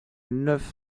neuf